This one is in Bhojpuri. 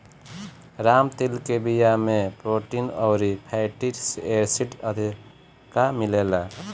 राम तिल के बिया में प्रोटीन अउरी फैटी एसिड अधिका मिलेला